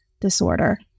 disorder